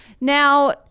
Now